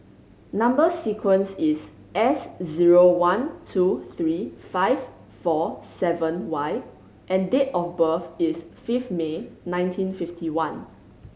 number sequence is S zero one two three five four seven Y and date of birth is five May nineteen fifty one